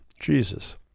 Jesus